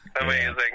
Amazing